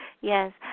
Yes